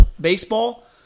baseball